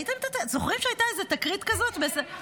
זוכרים שהייתה איזו תקרית כזאת בשדה תימן?